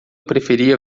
preferia